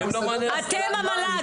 אתם המל"ג.